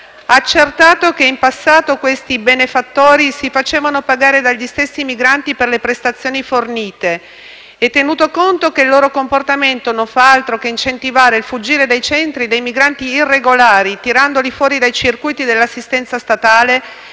accertato che in passato questi benefattori si facevano pagare dagli stessi migranti per le prestazioni fornite e tenuto conto che il loro comportamento non fa altro che incentivare la fuga dai centri dei migranti irregolari, tirandoli fuori dai circuiti dell'assistenza statale